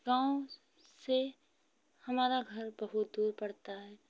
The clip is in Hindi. गाँव से हमारा घर बहुत दूर पड़ता है